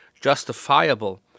justifiable